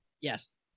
Yes